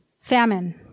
famine